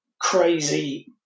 crazy –